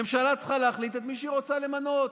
ממשלה צריכה להחליט את מי היא רוצה למנות.